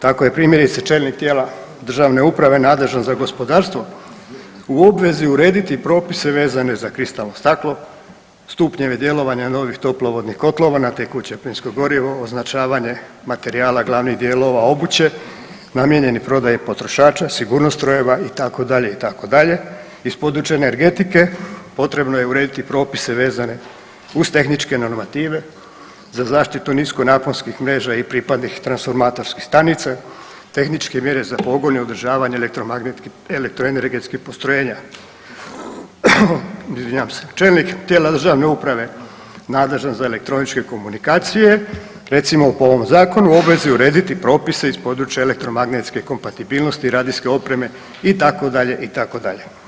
Tako je primjerice čelnik tijela državne uprave nadležan za gospodarstvo u obvezi urediti propise vezane za kristalno staklo, stupnjeve djelovanja novih toplo vodnih kotlova na tekuće, plinsko gorivo, označavanje materijala glavnih dijelova obuće, namijenjenih prodaji potrošača, sigurnost strojeva itd., itd. iz područja energetike potrebno je uredite propise vezane uz tehničke normative, za zaštitu nisko napojskih mreža i pripadnih transformatorskih stanica, tehničke mjere za pogon i održavanje elektroenergetskih postrojenja, [[Upadica: Izvinjavam se.]] Čelnik tijela državne uprave nadležan za elektroničke komunikacije recimo po ovom zakonu u obvezi je urediti propise iz područja elektromagnetske kompatibilnosti, radijske opreme itd., itd.